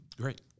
Great